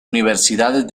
universidades